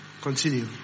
Continue